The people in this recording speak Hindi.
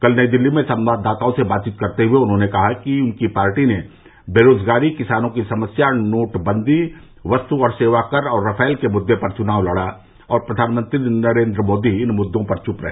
कल नई दिल्ली में संवाददाताओं से बातचीत करते हुए उनकी पार्टी ने बेरोजगारी किसानों की समस्या नोटबंदी वस्तु और सेवाकर और रफाल के मुद्दे पर चुनाव लड़ा और प्रधानमंत्री नरेन्द्र मोदी इन मुद्दों पर चुप रहे